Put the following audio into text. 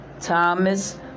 Thomas